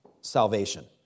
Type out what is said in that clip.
salvation